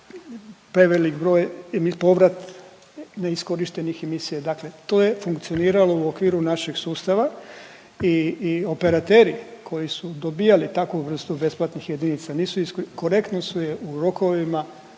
prevelik broj ili povrat neiskorištenih emisija. Dakle, to je funkcioniralo u okviru našeg sustava i i operateri koji su dobijali takvu vrstu besplatnih jedinica nisu iskor… korektni su je u rokovima